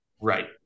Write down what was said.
Right